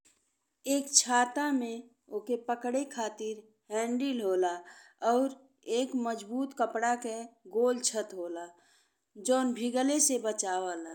एक छाता में ओके पकड़ खातीर हैंडल होला और एक मजबूत कपड़ा के गोल छत होला जौन भीगले से बचावेला।